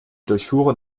durchfuhren